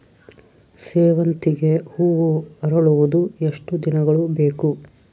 ಸೇವಂತಿಗೆ ಹೂವು ಅರಳುವುದು ಎಷ್ಟು ದಿನಗಳು ಬೇಕು?